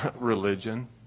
Religion